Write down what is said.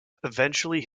eventually